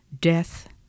Death